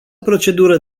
procedură